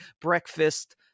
breakfast